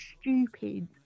stupid